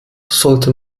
sollte